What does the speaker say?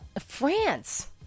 France